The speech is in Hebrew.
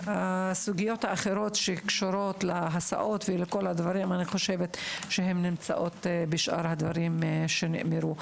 הסוגיות האחרות שקשורות להסעות ולכל הדברים נמצאות בשאר הדברים שנאמרו.